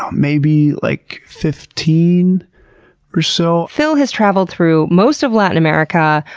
um maybe like fifteen or so. phil has traveled through most of latin america,